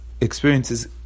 experiences